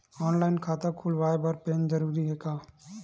Online खाता खुलवाय बर पैन जरूरी हे का?